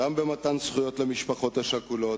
גם במתן זכויות למשפחות השכולות,